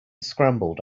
scrambled